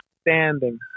Standing